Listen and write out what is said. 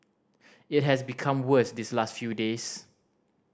it has become worse these last few days